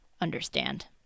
understand